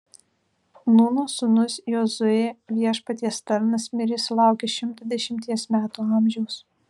nūno sūnus jozuė viešpaties tarnas mirė sulaukęs šimto dešimties metų amžiaus